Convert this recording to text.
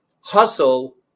hustle